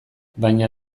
baina